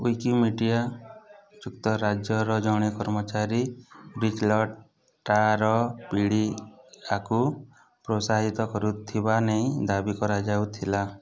Wikimedia ଯୁକ୍ତରାଜ୍ୟର ଜଣେ କର୍ମଚାରୀ ଜିବ୍ରଲଟାର ପିଡ଼ିଆକୁ ପ୍ରୋତ୍ସାହିତ କରୁଥିବା ନେଇ ଦାବି କରାଯାଇଥିଲା